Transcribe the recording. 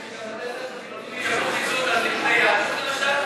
להחזיר עכשיו?